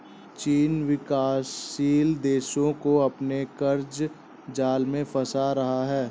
चीन विकासशील देशो को अपने क़र्ज़ जाल में फंसा रहा है